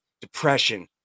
depression